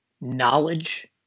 Knowledge